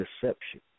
deception